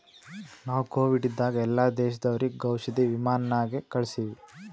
ನಾವು ಕೋವಿಡ್ ಇದ್ದಾಗ ಎಲ್ಲಾ ದೇಶದವರಿಗ್ ಔಷಧಿ ವಿಮಾನ್ ನಾಗೆ ಕಳ್ಸಿವಿ